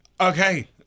okay